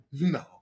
No